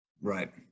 Right